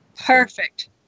Perfect